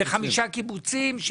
זה חמישה קיבוצים.